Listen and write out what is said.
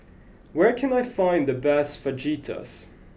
where can I find the best Fajitas